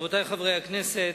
רבותי חברי הכנסת,